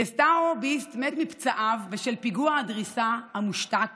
דסטאו ביסט מת מפצעיו בשל פיגוע הדריסה המושתק